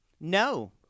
No